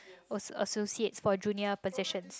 ass~ associate for junior positions